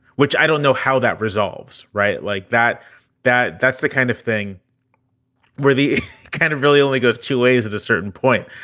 which i don't know how that resolves. right it like that that that's the kind of thing where the kind of really only goes two ways at a certain point,